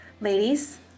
Ladies